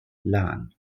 lahn